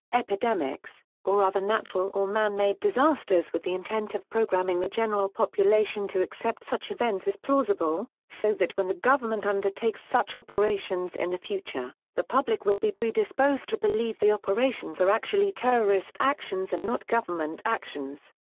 epidemics, or other natural or man-made disasters with the intent of programming the general population to accept such events as plausible, so that when the government undertakes such operations in the future, the public will be predisposed to believe the operations are actually terrorist actions and not government actions.